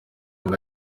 ngo